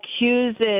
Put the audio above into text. accuses